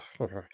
Okay